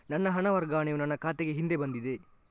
ನನ್ನ ಹಣ ವರ್ಗಾವಣೆಯು ನನ್ನ ಖಾತೆಗೆ ಹಿಂದೆ ಬಂದಿದೆ